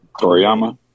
Toriyama